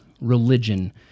religion